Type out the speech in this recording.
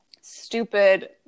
stupid